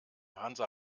hansa